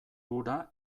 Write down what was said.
ura